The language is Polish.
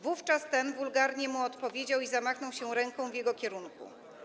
Wówczas ten wulgarnie mu odpowiedział i zamachnął się ręką w jego kierunku.